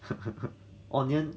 onion